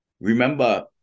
remember